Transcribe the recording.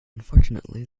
unfortunately